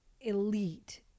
elite